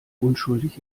unschuldig